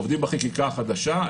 עובדים בחקיקה החדשה,